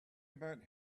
about